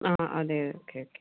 ആ ആ അതെ ഓക്കെ ഓക്കെ